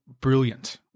brilliant